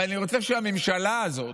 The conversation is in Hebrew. אבל אני רוצה שהממשלה הזאת,